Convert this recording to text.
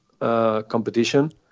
competition